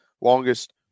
longest